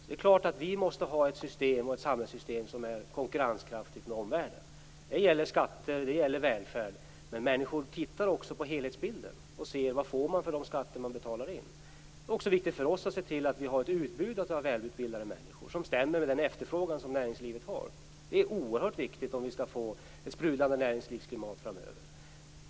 Det är klart att vi måste ha ett samhällssystem som är konkurrenskraftigt i förhållande till omvärlden. Det gäller då skatter och välfärd. Men människor tittar också på helhetsbilden och ser till vad man får för de skatter som betalas in. Det är också viktigt för oss att se till att vi har ett utbud, att vi har välutbildade människor, som stämmer överens med näringslivets efterfrågan. Detta är oerhört viktigt om vi skall få ett sprudlande näringslivsklimat framöver.